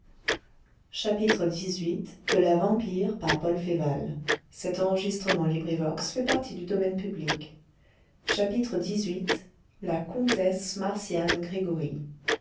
vita la comtesse marcian gregoryi